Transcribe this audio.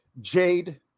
Jade